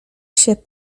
się